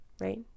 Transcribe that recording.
right